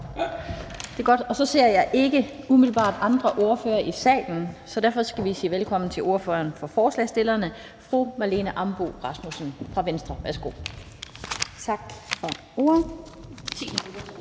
Det var godt. Jeg ser ikke umiddelbart andre ordførere i salen, og derfor skal vi sige velkommen til ordføreren for forslagsstillerne, fru Marlene Ambo-Rasmussen fra Venstre. Værsgo. Kl.